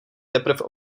teprv